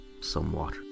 Somewhat